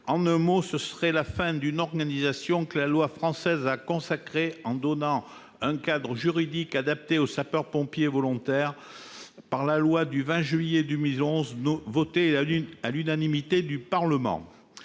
En un mot, ce serait la fin d'une organisation que la loi française a consacrée en donnant un cadre juridique adapté aux sapeurs-pompiers volontaires par la loi du 20 juillet 2011, adoptée à l'unanimité par le Parlement.